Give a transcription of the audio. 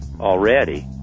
already